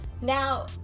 Now